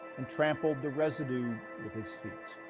and trampled the residue with its feet